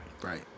Right